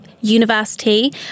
university